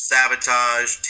Sabotage